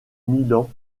milan